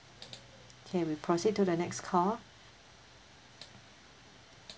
okay we proceed to the next call